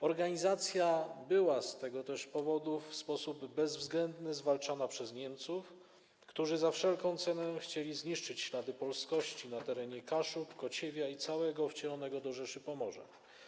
Organizacja była z tego powodu w sposób bezwzględny zwalczana przez Niemców, którzy za wszelką cenę chcieli zniszczyć ślady polskości na terenie Kaszub, Kociewia i całego wcielonego do Rzeszy Pomorza.